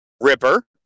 Ripper